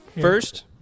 First